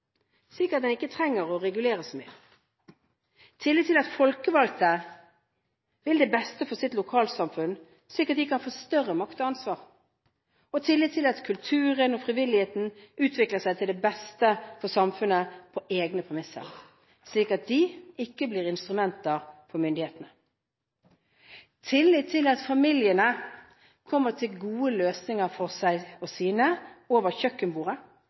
slik at en ikke trenger å regulere så mye. Tillit til at folkevalgte vil det beste for sitt lokalsamfunn, slik at de kan få større makt og ansvar. Tillit til at kulturen og frivilligheten utvikler seg til det beste for samfunnet på egne premisser, slik at de ikke blir instrumenter for myndighetene. Tillit til at familiene kommer til gode løsninger for seg og sine over kjøkkenbordet,